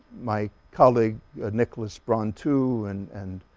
my colleague nicholas brauntu and and